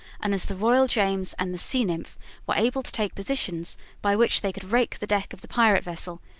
and as the royal james and the sea-nymph were able to take positions by which they could rake the deck of the pirate vessel,